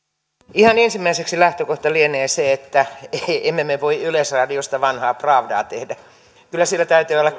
ihan ensimmäiseksi lähtökohta lienee se että emme me voi yleisradiosta vanhaa pravdaa tehdä kyllä sillä täytyy olla